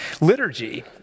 Liturgy